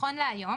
נכון להיום